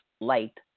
light